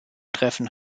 treffen